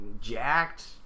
jacked